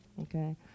okay